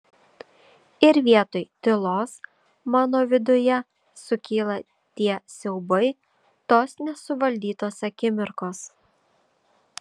ir vietoj tylos mano viduje sukyla tie siaubai tos nesuvaldytos akimirkos